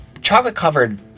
chocolate-covered